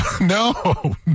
no